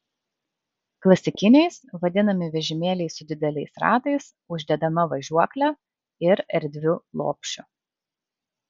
klasikiniais vadinami vežimėliai su dideliais ratais uždedama važiuokle ir erdviu lopšiu